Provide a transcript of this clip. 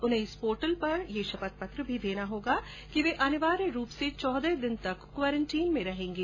उन्हें इस पोर्टल पर यह शपथ पत्र भी देना होगा कि वे अनिवार्य रूप से चौदह दिन तक क्वारंटीन में रहेंगे